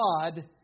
God